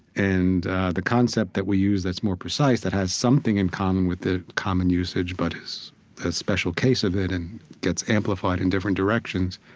and the concept that we use that's more precise, that has something in common with the common usage but is a special case of it and gets amplified in different directions,